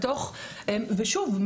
ושוב,